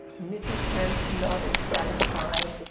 mrs hamps nodded, satisfied,